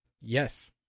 Yes